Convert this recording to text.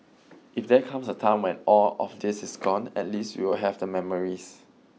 if there comes a time when all of this is gone at least we will have the memories